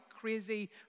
crazy